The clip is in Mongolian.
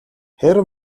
хэрэв